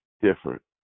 different